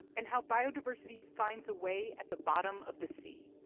and how biodiversity finds a way at the bottom of the sea